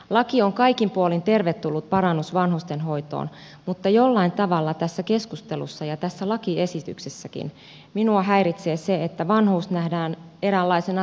laki on kaikin puolin tervetullut parannus vanhustenhoitoon mutta jollain tavalla tässä keskustelussa ja tässä lakiesityksessäkin minua häiritsee se että vanhuus nähdään eräänlaisena rasituksena yhteiskunnalle